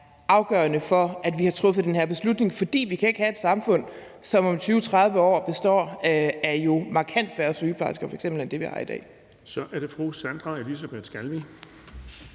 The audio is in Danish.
afgørende for, at vi har truffet den her beslutning, for vi kan jo ikke have et samfund, som om 20-30 år f.eks. har markant færre sygeplejersker end det antal, vi har i dag. Kl. 14:21 Den fg. formand (Erling